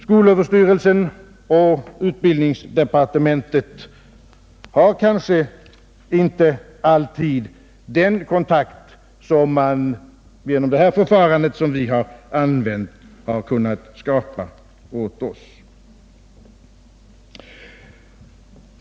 Skolöverstyrelsen och utbildningsdepartementet har kanske inte alltid den kontakt som vi, genom det förfarande som vi här använt, har kunnat skapa åt oss.